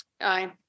aye